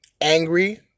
angry